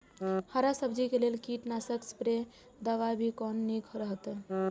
हरा सब्जी के लेल कीट नाशक स्प्रै दवा भी कोन नीक रहैत?